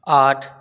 आठ